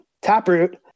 Taproot